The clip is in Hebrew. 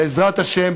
בעזרת השם,